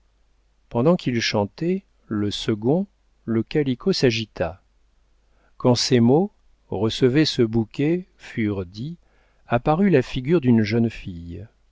pendant qu'il chantait le second le calicot s'agita quand ces mots recevez ce bouquet furent dits apparut la figure d'une jeune fille